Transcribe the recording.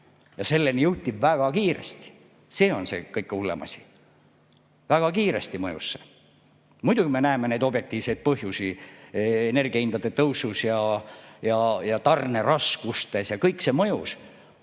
ja selleni jõuti väga kiiresti. See on see kõige hullem asi. Väga kiiresti mõjus see. Muidugi me näeme neid objektiivseid põhjusi energiahindade tõusus ja tarneraskustes, kõik see mõjus.